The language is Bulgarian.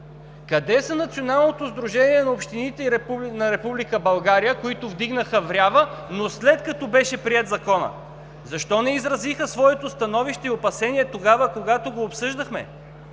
Къде е Националното сдружение на общините на Република България, което вдигна врява, но след като беше приет Законът? Защо не изразиха своето становище и опасение тогава, когато го обсъждахме?